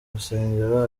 rusengero